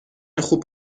خوب